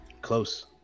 Close